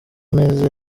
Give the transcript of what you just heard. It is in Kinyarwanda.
imeze